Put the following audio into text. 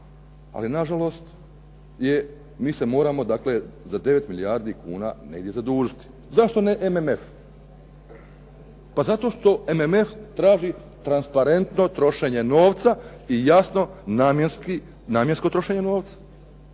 Ali na žalost, mi se moramo dakle za 9 milijardi kuna negdje zadužiti. Zašto ne MMF? Pa zato što MMF traži transparentno trošenje novca i jasno namjensko trošenje novca,